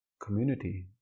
community